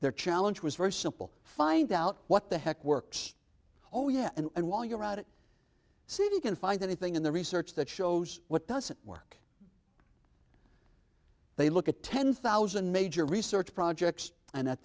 their challenge was very simple find out what the heck works oh yeah and while you're at it city can find anything in the research that shows what doesn't work they look at ten thousand major research projects and at